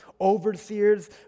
overseers